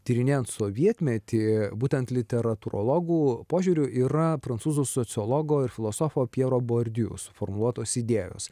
tyrinėjant sovietmetį būtent literatūrologų požiūriu yra prancūzų sociologo ir filosofo pjero bordiu suformuluotos idėjos